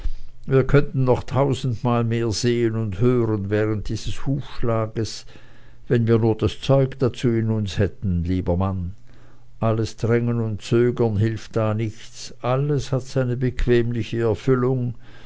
wir könnten noch tausendmal mehr sehen und hören während dieses hufschlages wenn wir nur das zeug dazu in uns hätten lieber mann alles drängen oder zögern hilft da nichts alles hat seine bequemliche erfüllung